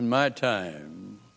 in my time